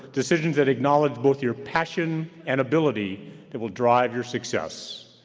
decisions that acknowledge both your passion and ability that will drive your success.